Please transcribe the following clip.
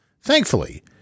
Thankfully